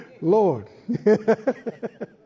Lord